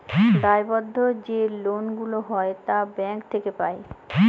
দায়বদ্ধ যে লোন গুলা হয় তা ব্যাঙ্ক থেকে পাই